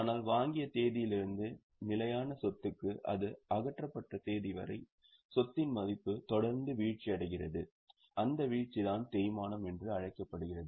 ஆனால் வாங்கிய தேதியிலிருந்து நிலையான சொத்துக்கு அது அகற்றப்பட்ட தேதி வரை சொத்தின் மதிப்பு தொடர்ந்து வீழ்ச்சியடைகிறது அந்த வீழ்ச்சிதான் தேய்மானம் என்று அழைக்கப்படுகிறது